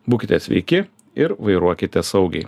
būkite sveiki ir vairuokite saugiai